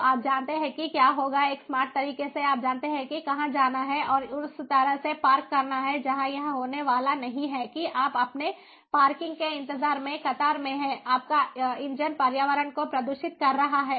तो आप जानते हैं कि क्या होगा एक स्मार्ट तरीके से आप जानते हैं कि कहां जाना है और उस तरह से पार्क करना है जहां यह होने वाला नहीं है कि आप अपने पार्किंग के इंतजार में कतार में हैं आपका इंजन पर्यावरण को प्रदूषित कर रहा है